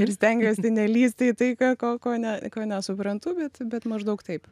ir stengiuos nelįsti į tai ko ko ko ne ko nesuprantu bet bet maždaug taip